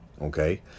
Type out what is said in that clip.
okay